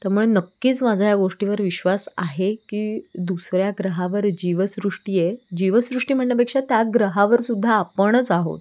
त्यामुळे नक्कीच माझा या गोष्टीवर विश्वास आहे की दुसऱ्या ग्रहावर जीवसृष्टी आहे जीवसृष्टी म्हणण्यापेक्षा त्या ग्रहावरसुद्धा आपणच आहोत